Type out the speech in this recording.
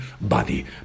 body